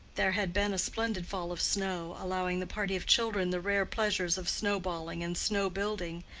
there had been a splendid fall of snow, allowing the party of children the rare pleasures of snow-balling and snow-building,